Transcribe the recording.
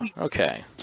Okay